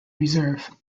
reserve